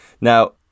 Now